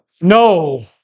No